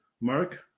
Mark